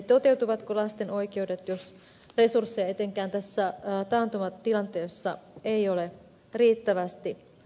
toteutuvatko lasten oikeudet jos resursseja etenkään tässä taantumatilanteessa ei ole riittävästi